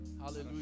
hallelujah